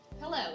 Hello